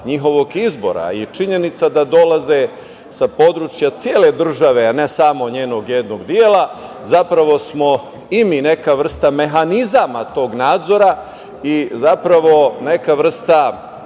njihovog izbora i činjenica da dolaze sa područja cele države, ne samo njenog jednog dela, zapravo smo i mi neka vrsta mehanizama tog nadzora i zapravo neka vrsta